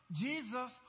Jesus